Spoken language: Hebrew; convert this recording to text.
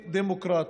ואנטי-דמוקרטי.